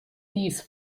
these